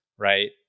right